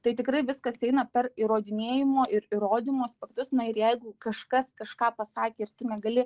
tai tikrai viskas eina per įrodinėjimo ir įrodymus faktus na ir jeigu kažkas kažką pasakė ir tu negali